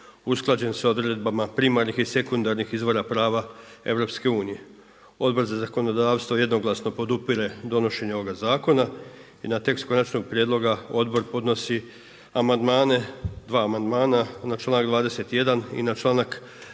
usklađen s odredbama primarnih i sekundarnih izvora prava EU. Odbor za zakonodavstvo jednoglasno podupire donošenje ovoga zakona i na tekst konačnog prijedloga odbor podnosi amandmane, dva amandmana na čl.21 i na čl.52.